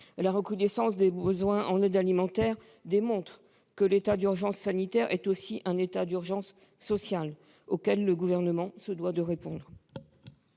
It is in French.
recrudescence des besoins en matière d'aide alimentaire démontre que l'état d'urgence sanitaire est aussi un état d'urgence sociale ; le Gouvernement se doit d'y répondre.